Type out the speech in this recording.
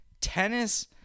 Tennis